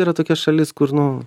yra tokia šalis kur nu